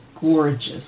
gorgeous